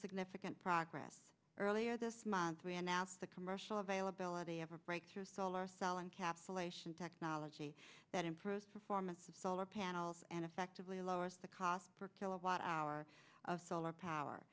significant progress earlier this month we announced the commercial availability of a breakthrough solar cell and capsule ation technology that improves performance of solar panels and effectively lowers the cost per kilowatt hour of solar power